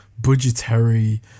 budgetary